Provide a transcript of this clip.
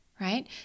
right